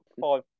five